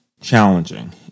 challenging